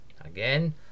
again